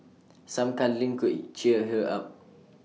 some cuddling could cheer her up